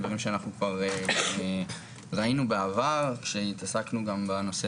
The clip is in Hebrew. וזה שראינו בעבר כשהתעסקנו גם בנושא